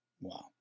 Wow